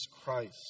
Christ